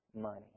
money